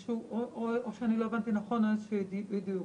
אי-דיוק.